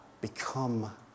become